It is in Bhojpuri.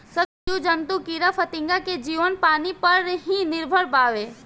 सब जीव जंतु कीड़ा फतिंगा के जीवन पानी पर ही निर्भर बावे